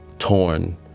torn